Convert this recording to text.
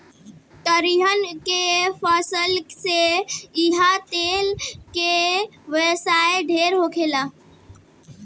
तिलहन के फसल से इहा तेल के व्यवसाय ढेरे होला